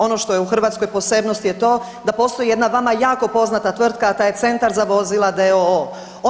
Ono što je u Hrvatskoj posebnost je to da postoji jedna vama jako poznata tvrtka, a ta je Centar za vozila d.o.o.